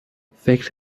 فکر